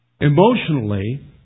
Emotionally